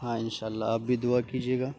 ہاں ان شاء اللہ آپ بھی دعا کیجیے گا